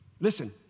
Listen